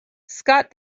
scott